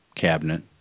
cabinet